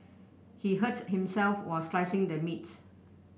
he hurt himself while slicing the meat